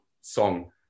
song